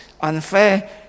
unfair